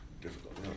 difficult